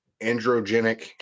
androgenic